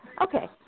Okay